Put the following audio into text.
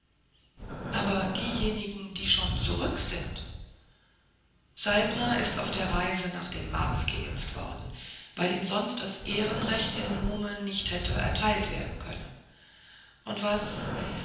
aber diejenigen die nun schon zurück sind saltner ist auf der reise nach dem mars geimpft worden weil ihm sonst das ehrenrecht als nume nicht hätte erteilt werden können und was